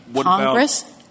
Congress